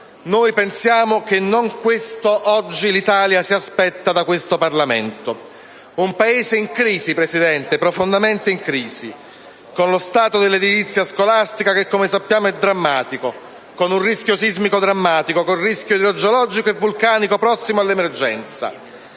Noi pensiamo che non questo oggi l'Italia si aspetti da questo Parlamento: un Paese profondamente in crisi, signor Presidente, con lo stato dell'edilizia scolastica che, come sappiamo, è drammatico, con un rischio sismico drammatico, con un rischio idrogeologico e vulcanico prossimo all'emergenza;